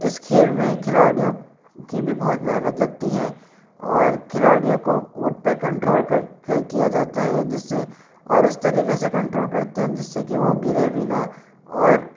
इस खेल में खिलाड़ियों की भी बहुत मेहनत लगती है और खिलाड़ियों को ऊंट पे कंट्रोल कर कर किया जाता है जिससे और उस तरीके से कंट्रोल करते हैं जिससे कि वो गिरे भी ना और